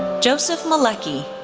joseph malecki,